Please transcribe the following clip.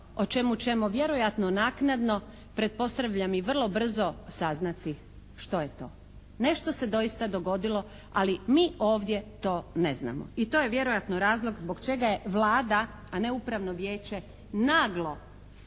o čemu ćemo vjerojatno naknadno pretpostavljam i vrlo brzo saznati što je to. Nešto se doista dogodilo, ali mi ovdje to ne znamo i to je vjerojatno razlog zbog čega je Vlada, a ne Upravno vijeće naglo,